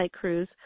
cruise